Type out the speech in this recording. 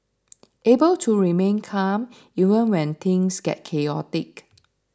able to remain calm even when things get chaotic